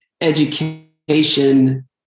education